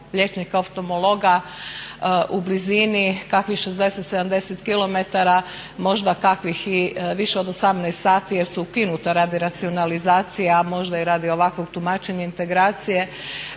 liječnika oftalmologa u blizini kakvih 60, 70 km možda kakvih i više od 18 sati jer su ukinuta radi racionalizacije a možda i radi ovakvog tumačenja integracije